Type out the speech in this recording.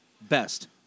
best